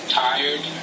tired